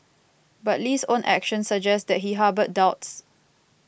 but Lee's own actions suggest that he harboured doubts